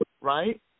right